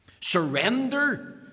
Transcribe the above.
Surrender